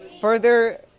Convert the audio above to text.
Further